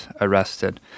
arrested